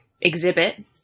exhibit